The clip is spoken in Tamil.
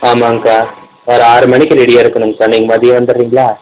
ஆமாங்கக்கா ஒரு ஆறு மணிக்கு ரெடியாக இருக்கணுங்கக்கா நீங்கள் மதியம் வந்துடுறீங்களா